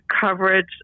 coverage